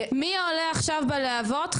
מי עולה עכשיו בלהבות?